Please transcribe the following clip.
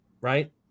right